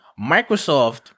microsoft